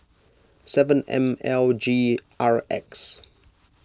seven M L G R X